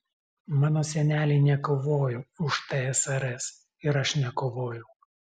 mano seneliai nekovojo už tsrs ir aš nekovojau